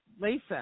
Lisa